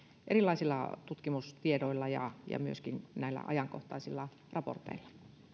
erilaisilla tutkimustiedoilla ja ja myöskin näillä ajankohtaisilla raporteilla